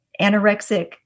anorexic